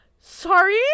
sorry